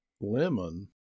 lemon